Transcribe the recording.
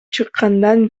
чыккандан